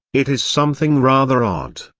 it is something rather odd.